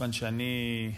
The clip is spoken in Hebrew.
כיוון שאת